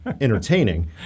entertaining